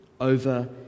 over